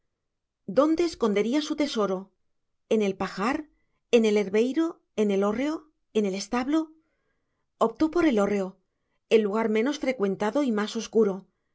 dónde escondería su tesoro en el pajar en el herbeiro en el hórreo en el establo optó por el hórreo el lugar menos frecuentado y más